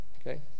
okay